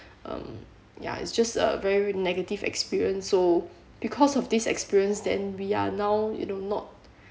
um ya it's just a very negative experience so because of this experience then we are now you know not